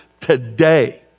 Today